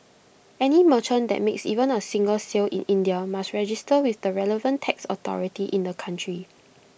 any merchant that makes even A single sale in India must register with the relevant tax authority in the country